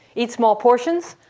eat small portions.